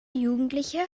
jugendliche